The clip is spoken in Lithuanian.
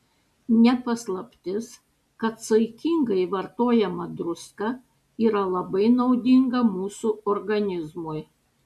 ne paslaptis kad saikingai vartojama druska yra labai naudinga mūsų organizmui